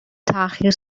تاخیر